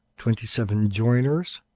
twenty seven joiners,